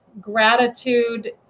gratitude